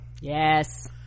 yes